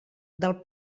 del